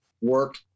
work